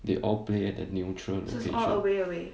they all play at neutral location